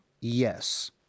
yes